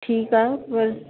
ठीकु आहे बसि